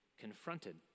confronted